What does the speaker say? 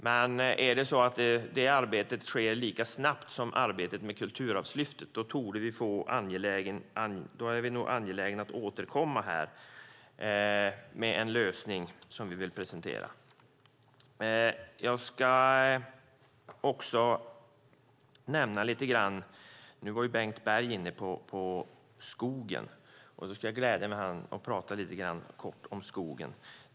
Men om det arbetet sker lika snabbt som arbetet med Kulturarvslyftet är vi nog angelägna att återkomma och presentera en lösning. Bengt Berg talade om skogen. Jag ska glädja honom genom att göra detsamma, lite kort.